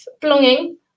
belonging